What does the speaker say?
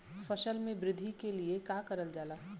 फसल मे वृद्धि के लिए का करल जाला?